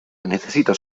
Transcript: necesito